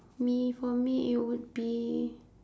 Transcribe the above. me for me it would be